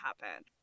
happen